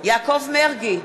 יעקב מרגי,